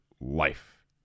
life